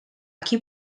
qui